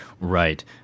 Right